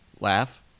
laugh